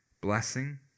blessing